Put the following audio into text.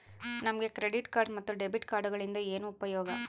ನಮಗೆ credit card ಮತ್ತು debit ಕಾರ್ಡುಗಳಿಂದ ಏನು ಉಪಯೋಗ?